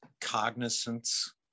cognizance